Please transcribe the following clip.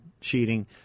cheating